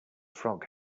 frog